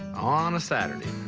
on a saturday.